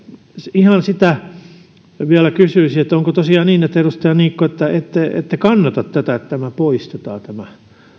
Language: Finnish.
ihan sitä vielä kysyisin että onko tosiaan niin edustaja niikko että ette kannata tätä että tämä poistetaan